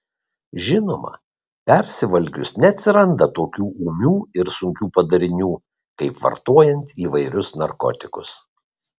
žinoma persivalgius neatsiranda tokių ūmių ir sunkių padarinių kaip vartojant įvairius narkotikus